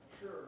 Sure